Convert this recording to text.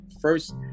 first